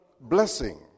blessing